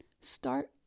start